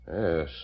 Yes